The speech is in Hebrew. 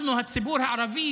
אנחנו, הציבור הערבי,